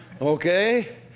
Okay